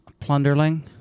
Plunderling